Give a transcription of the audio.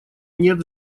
нет